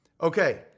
Okay